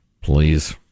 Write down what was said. Please